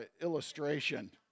illustration